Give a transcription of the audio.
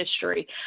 history